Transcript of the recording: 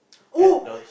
at the